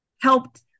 helped